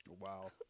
Wow